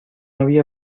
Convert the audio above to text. había